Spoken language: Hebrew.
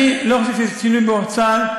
אני לא חושב שיש שינוי ברוח צה"ל,